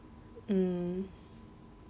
um